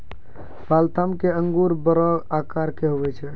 Waltham के अंगूर बड़ो आकार के हुवै छै